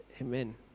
Amen